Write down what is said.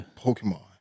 ...Pokemon